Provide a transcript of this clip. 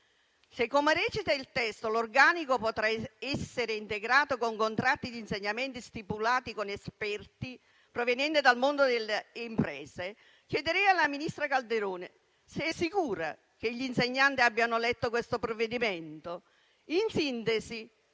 Se, come recita il testo, l'organico potrà essere integrato con contratti di insegnamento stipulati con esperti provenienti dal mondo delle imprese, chiederei alla ministra Calderone se è sicura che gli insegnanti abbiano letto questo provvedimento. In sintesi,